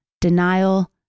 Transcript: denial